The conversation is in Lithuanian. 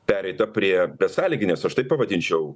pereita prie besąlyginės aš taip pavadinčiau